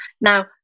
Now